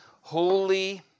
Holy